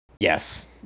Yes